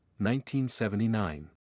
1979